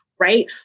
right